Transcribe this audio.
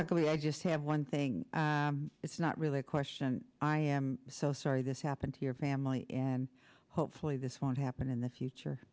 secondly i just have one thing it's not really a question i am so sorry this happened to your family and hopefully this won't happen in the future